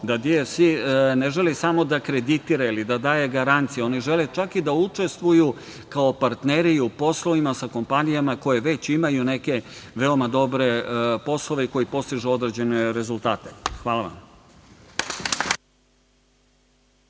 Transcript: da DFC ne želi samo da kreditira ili da daje garancije. Oni žele čak i da učestvuju kao partneri u poslovima sa kompanijama koje već imaju neke veoma dobre poslove i koji postižu određene rezultate. Hvala vam.